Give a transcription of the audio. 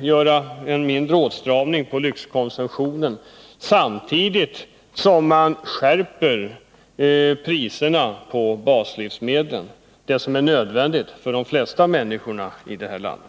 gör en mindre åtstramning av lyxkonsumtionen men samtidigt höjer priserna på baslivsmedlen, dvs. det som är nödvändigt för de flesta människor i det här landet.